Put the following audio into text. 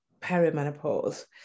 perimenopause